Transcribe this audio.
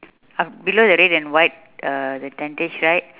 uh below the red and white uh the tentage right